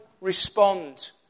respond